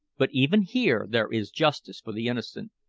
but even here there is justice for the innocent.